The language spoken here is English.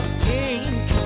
pink